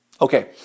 Okay